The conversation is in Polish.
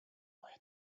moja